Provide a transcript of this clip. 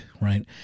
Right